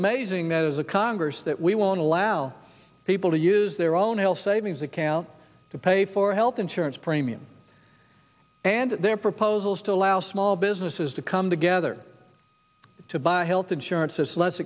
amazing that as a congress that we won't allow people to use their own health savings account to pay for health insurance premiums and their proposals to allow small businesses to come together to buy health insurance is less